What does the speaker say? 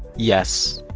yes.